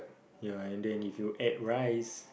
ya and then if you add rice